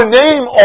name